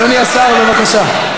אדוני השר, בבקשה.